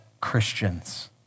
Christians